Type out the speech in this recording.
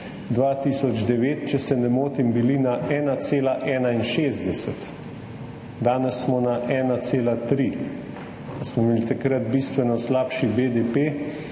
2009, če se ne motim, na 1,61, danes smo na 1,3, pa smo imeli takrat bistveno slabši BDP.